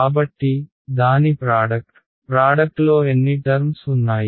కాబట్టి దాని ప్రాడక్ట్ ప్రాడక్ట్లో ఎన్ని టర్మ్స్ ఉన్నాయి